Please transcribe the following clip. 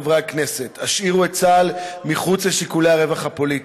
חברי הכנסת: השאירו את צה"ל מחוץ לשיקולי הרווח הפוליטי.